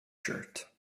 shirt